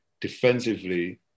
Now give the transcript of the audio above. defensively